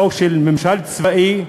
חוק של ממשל צבאי.